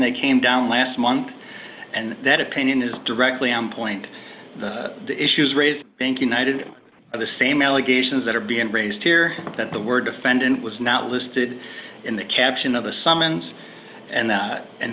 that came down last month and that opinion is directly on point the issues raised bank united by the same allegations that are being raised here that the word defendant was not listed in the caption of a summons and